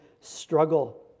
struggle